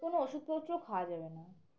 কোনো ওষুধপত্রও খাওয়া যাবে না